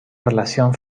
relación